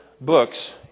books